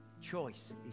Choice